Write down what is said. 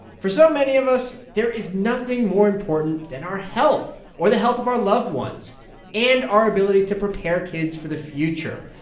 for so many of us, there is nothing more important than our health or the health of our loved ones and our ability to prepare kids for the future.